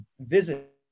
visit